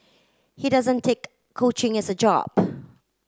he doesn't take coaching as a job